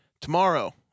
tomorrow